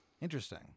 interesting